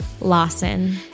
lawson